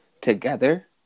together